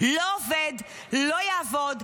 לא עובד, לא יעבוד,